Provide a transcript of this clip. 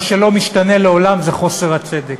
מה שלא משתנה לעולם זה חוסר הצדק.